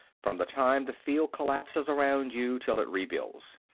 from the time the field collapses around you till it rebuilds.